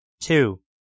Two